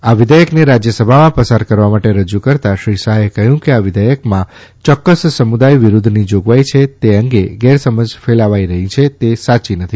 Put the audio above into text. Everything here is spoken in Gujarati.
આ વિઘેયકને રાજયસભામાં પસાર કરવા માટે રજૂ કરતા શ્રી શાહે કહ્યું કે આ વિધેયકમાં ચોક્કસ સમુદાય વિરૂદ્વની જોગવાઇ છે તે અંગે ગેરસમજ ફેલાવાઇ રહી છે તે સાચી નથી